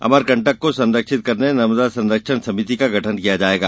अमरकंटक को संरक्षित करने नर्मदा संरक्षण समिति का गठन होगा